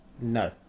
no